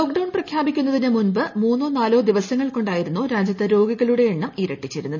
lockdown പ്രഖ്യാപിക്കുന്നതിന് മുമ്പ് മൂന്നോ നാലോ ദിവസങ്ങൾ കൊണ്ടായിരുന്നു രാജ്യത്ത് രോഗികളുടെ എണ്ണം ഇരട്ടിച്ചിരുന്നത്